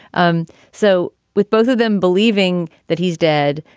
um so with both of them believing that he's dead.